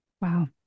Wow